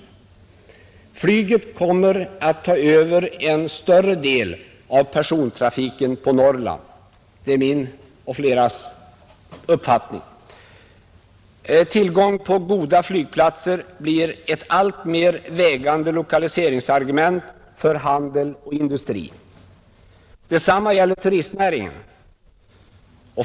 Flyget kommer att ta över en större del av persontrafiken på Norrland — det är min och fleras uppfattning. Tillgång till goda flygplatser blir ett alltmer vägande lokaliseringsargument för handel och industri. Detsamma gäller turistnäringen.